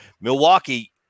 Milwaukee